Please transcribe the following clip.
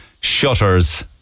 shutters